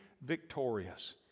victorious